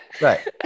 right